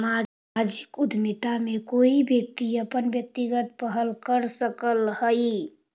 सामाजिक उद्यमिता में कोई व्यक्ति अपन व्यक्तिगत पहल कर सकऽ हई